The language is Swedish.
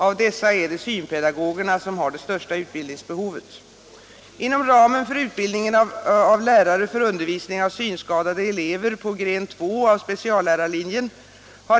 Av dessa är det synpedagogerna som har det största utbildningsbehovet.